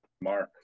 Mark